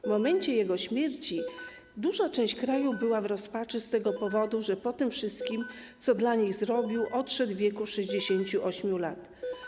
W momencie jego śmierci duża część kraju była w rozpaczy z tego powodu, że po tym wszystkim, co dla nich zrobił, odszedł w wieku 68 lat.